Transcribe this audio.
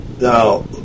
Now